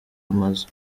amazu